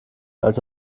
als